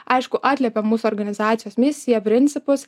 aišku atliepia mūsų organizacijos misiją principus